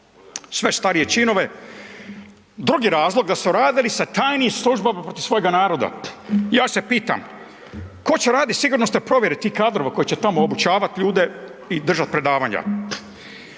sve starije činove, drugi razlog, da su radili sa tajnim službama protiv svojega naroda. Ja se pitam, ko će raditi sigurnosne provjere tih kadrova koji će tamo obučavati ljude i držati predavanja?